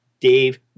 Dave